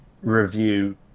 review